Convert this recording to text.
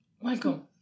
Welcome